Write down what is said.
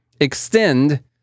Extend